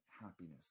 happiness